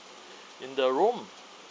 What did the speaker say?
in the room